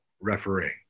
refereeing